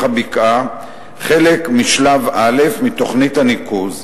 הבקעה חלק משלב א' מתוכנית הניקוז,